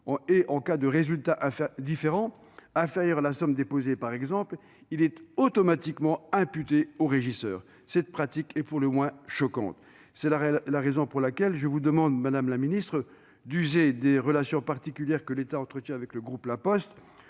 En cas de résultat inférieur à la somme déclarée, la différence est automatiquement imputée au régisseur. Cette pratique est pour le moins choquante ! C'est pourquoi je vous demande, madame la ministre, d'user des relations particulières que l'État entretient avec le groupe La Poste